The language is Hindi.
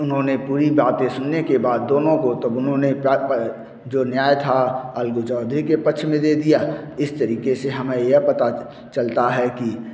उन्होंने पूरी बातें सुनने के बाद दोनों को तब उन्होंने प्रा जो न्याय था अलगु चौधरी के पक्ष में दे दिया इस तरीक़े से हमें यह पता चलता है कि